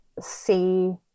see